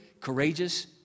courageous